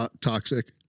toxic